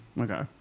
Okay